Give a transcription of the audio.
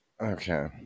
Okay